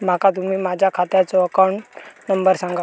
माका तुम्ही माझ्या खात्याचो अकाउंट नंबर सांगा?